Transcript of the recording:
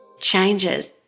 Changes